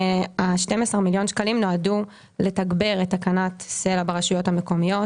ה-12 מיליון שקלים נועדו לתגבר את תקנת סלע ברשויות המקומיות,